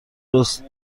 رست